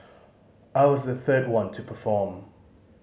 I was the third one to perform